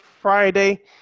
Friday